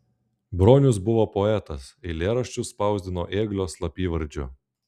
bronius buvo poetas eilėraščius spausdino ėglio slapyvardžiu